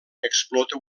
explota